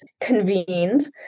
convened